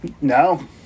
No